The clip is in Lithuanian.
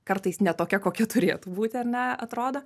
kartais ne tokia kokia turėtų būti ar ne atrodo